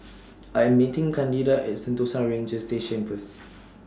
I Am meeting Candida At Sentosa Ranger Station First